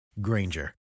Granger